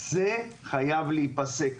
זה חייב להיפסק.